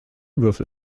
würfel